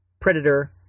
Predator